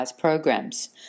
programs